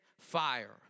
fire